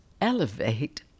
Elevate